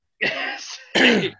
yes